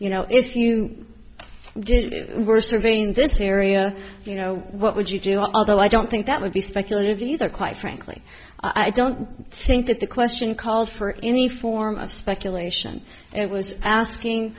you know if you were surveying this area you know what would you do although i don't think that would be speculative either quite frankly i don't think that the question called for any form of speculation i was asking